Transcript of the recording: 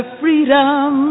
freedom